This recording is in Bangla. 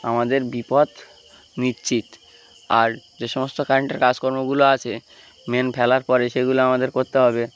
আমাদের বিপদ নিশ্চিত আর যে সমস্ত কারেন্টের কাজকর্মগুলো আছে মেইন ফেলার পরে সেগুলো আমাদের করতে হবে